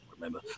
remember